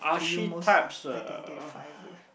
do you most identified with